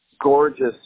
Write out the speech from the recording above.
Gorgeous